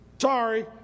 sorry